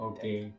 Okay